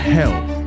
health